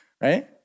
right